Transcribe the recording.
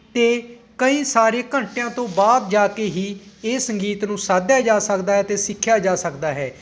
ਅਤੇ ਕਈ ਸਾਰੇ ਘੰਟਿਆਂ ਤੋਂ ਬਾਅਦ ਜਾ ਕੇ ਹੀ ਇਹ ਸੰਗੀਤ ਨੂੰ ਸਾਧਿਆ ਜਾ ਸਕਦਾ ਹੈ ਅਤੇ ਸਿੱਖਿਆ ਜਾ ਸਕਦਾ ਹੈ